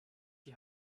die